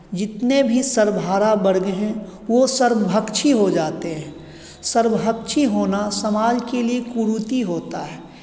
जितने भी सर्वहारा वर्ग हैं वो सर्वभक्षी हो जाते हैं सर्वभक्षी होना समाज के लिए कुरीति होता है